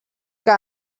que